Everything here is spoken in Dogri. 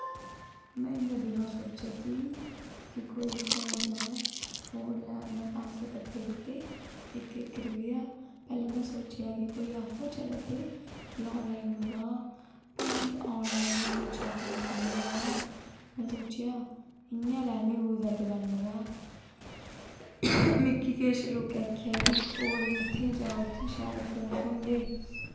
में इन्ने दिनें दा सोचा दी ही कि कोई फोन लैं फोन लैं में पैसे कट्ठे कीते इक इक रपेआ पैह्लें में सोचेआ कि कोई ऑफर चला दे कि आनलाइन मंगां फ्ही आनलाइन में सोचेआ पता निं कनेहा होना में सोचेआ इ'यां गै लैन्नी आं कुदै दकानै परा मिगी किश लोकें आखेआ कि ओह् आहली उत्थें जा उत्थें शैल फोन थ्होंदे